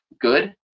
good